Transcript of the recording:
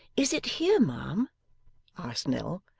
is it here, ma'am asked nell,